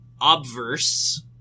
obverse